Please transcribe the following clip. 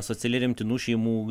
socialiai remtinų šeimų